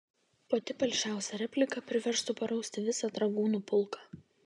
pati palšiausia replika priverstų parausti visą dragūnų pulką